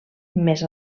més